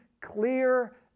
clear